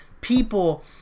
people